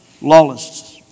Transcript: Lawless